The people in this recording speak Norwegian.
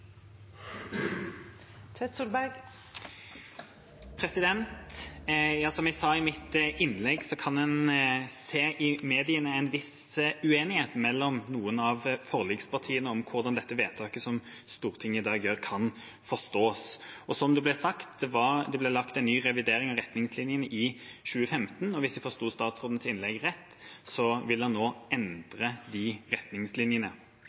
Som jeg sa i mitt innlegg, kan en se i mediene en viss uenighet mellom noen av forlikspartiene om hvordan vedtaket som Stortinget i dag gjør, skal forstås. Som det ble sagt, ble det gjort en revidering av retningslinjene i 2015, og hvis jeg forsto statsrådens innlegg rett, vil han nå endre de retningslinjene.